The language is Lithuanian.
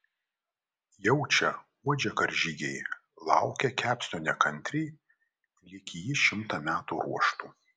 jaučia uodžia karžygiai laukia kepsnio nekantriai lyg jį šimtą metų ruoštų